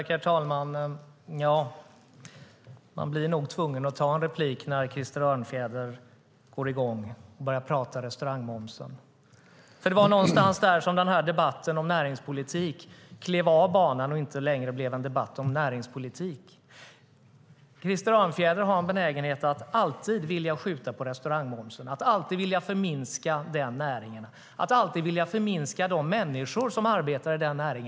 Herr talman! Jag blir nog tvungen att ta en replik när Krister Örnfjäder går i gång och börjar tala om restaurangmomsen. Det är någonstans där som debatten om näringspolitik klev av banan och inte längre blev en debatt om näringspolitik. Krister Örnfjäder har en benägenhet att alltid vilja skjuta på restaurangmomsen, att alltid vilja förminska denna näring och att alltid vilja förminska de människor som arbetar i denna näring.